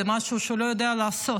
זה משהו שהוא לא יודע לעשות.